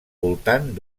voltant